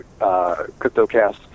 CryptoCast